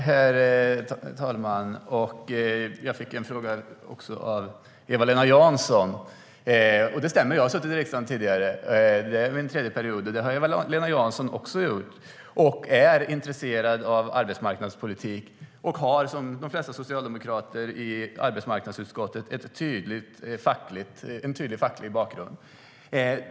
Herr talman! Jag fick en fråga av Eva-Lena Jansson. Det stämmer att jag har suttit i riksdagen tidigare - det här är min tredje period. Det har Eva-Lena Jansson också gjort. Hon är intresserad av arbetsmarknadspolitik och har som de flesta socialdemokrater i arbetsmarknadsutskottet en tydlig facklig bakgrund.